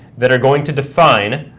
that are going to define